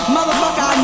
Motherfucker